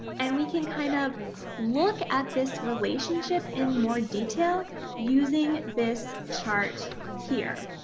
and, we can kind of look at this relationship in more detail using this chart here.